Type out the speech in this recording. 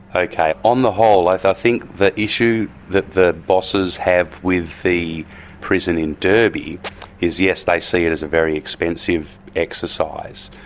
okay, on the whole i think the issue that the bosses have with the prison in derby is, yes, they see it as a very expensive exercise,